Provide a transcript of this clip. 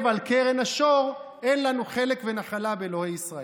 על קרן השור: אין לנו חלק ונחלה באלוהי ישראל.